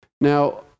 Now